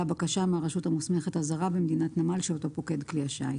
בקשה מהרשות המוסמכת הזרה במדינת נמל שאותו פוקד כלי השיט.